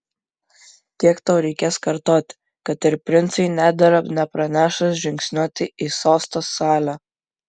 kiek tau reikės kartoti kad ir princui nedera nepranešus žingsniuoti į sosto salę